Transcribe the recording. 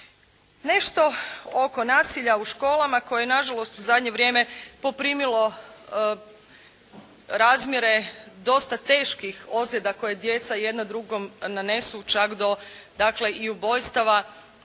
Nešto oko nasilja u školama koje na žalost u zadnje vrijeme poprimilo razmjere dosta teških ozljeda koje djeca jedna drugom nanesu čak do dakle i ubojstava.